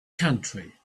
country